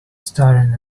staring